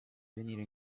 venire